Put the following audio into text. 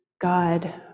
God